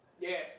Yes